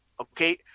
Okay